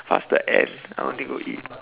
faster end I want to go eat